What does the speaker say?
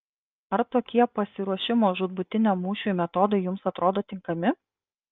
ar tokie pasiruošimo žūtbūtiniam mūšiui metodai jums atrodo tinkami